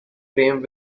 frame